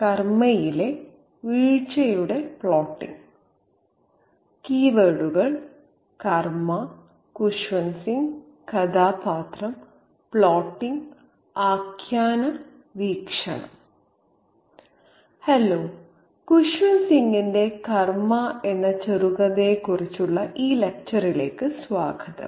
കീവേഡുകൾ കർമ്മ ഖുശ്വന്ത് സിംഗ് കഥാപാത്രം പ്ലോട്ടിംഗ് ആഖ്യാന വീക്ഷണം ഹലോ ഖുസ്വന്ത് സിംഗിന്റെ കർമ എന്ന ചെറുകഥയെക്കുറിച്ചുള്ള ഈ ലെക്ച്ചറിലേക്ക് സ്വാഗതം